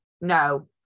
no